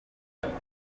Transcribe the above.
mbonye